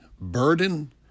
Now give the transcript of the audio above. burden